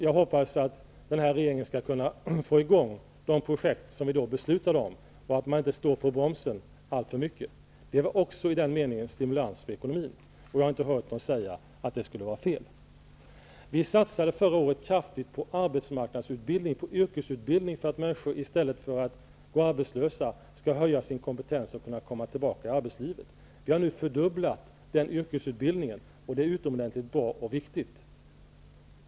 Jag hoppas att den här regeringen kan få i gång de projekt som vi då beslutade om och att man inte står på bromsen alltför mycket. Det var ju också en stimulans för ekonomin. Jag har inte hört någon säga att det skulle vara fel. Vidare satsade vi förra året kraftigt på arbetsmarknads och yrkesutbildningen för att människor i stället för att gå arbetslösa skulle kunna öka sin kompetens och kunna komma tillbaka till arbetslivet. Vi har nu fördubblat yrkesutbildningen, och det är både utomordentligt bra och viktigt.